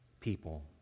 people